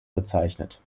bezeichnet